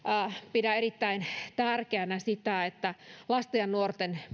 pidän erittäin tärkeänä sitä että lasten ja nuorten